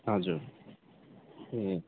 हजुर ए